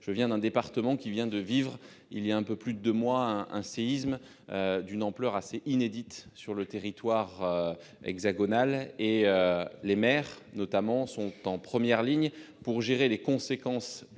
Je viens d'un département qui a vécu, voilà un peu plus de deux mois, un séisme d'une ampleur assez inédite sur le territoire hexagonal. Les maires, notamment, sont en première ligne pour gérer les conséquences de